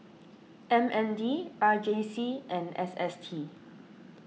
M N D R J C and S S T